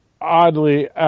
oddly